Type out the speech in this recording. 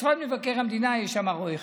משרד מבקר המדינה, יש שם רואה חשבון,